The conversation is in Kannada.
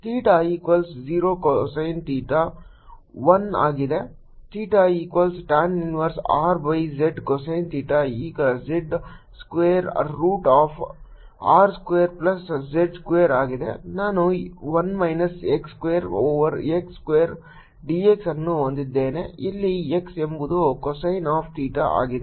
ಥೀಟಾ ಈಕ್ವಲ್ಸ್ 0 cosine ಥೀಟಾ 1 ಆಗಿದೆ theta equals tan inverse R by z cosine theta ಈಗ z over square root of r square plus z square ಆಗಿದೆ ನಾನು 1 minus x square over x square dx ಅನ್ನು ಹೊಂದಿದ್ದೇನೆ ಇಲ್ಲಿ x ಎಂಬುದು cosine ಆಫ್ ಥೀಟಾ ಆಗಿದೆ